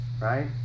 Right